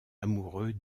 amoureux